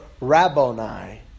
Rabboni